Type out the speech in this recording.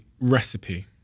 Recipe